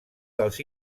dels